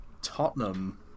Tottenham